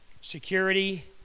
security